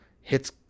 hits